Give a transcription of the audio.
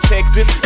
Texas